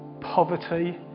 poverty